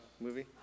movie